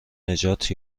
نجات